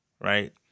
right